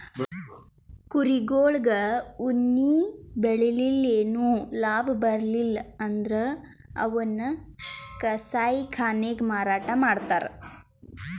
ಕುರಿಗೊಳಿಗ್ ಉಣ್ಣಿ ಬೆಳಿಲಿಲ್ಲ್ ಏನು ಲಾಭ ಬರ್ಲಿಲ್ಲ್ ಅಂದ್ರ ಅವನ್ನ್ ಕಸಾಯಿಖಾನೆಗ್ ಮಾರಾಟ್ ಮಾಡ್ತರ್